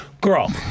Girl